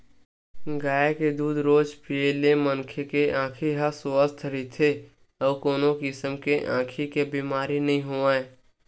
गाय के दूद रोज पीए ले मनखे के आँखी ह सुवस्थ रहिथे अउ कोनो किसम के आँखी के बेमारी नइ होवय